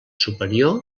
superior